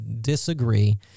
disagree